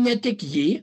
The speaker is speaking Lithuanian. ne tik jį